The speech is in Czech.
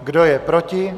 Kdo je proti?